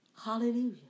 hallelujah